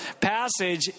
passage